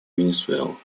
венесуэла